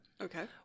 Okay